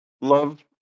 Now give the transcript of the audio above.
Love